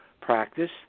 practice